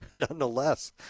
nonetheless